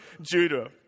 Judah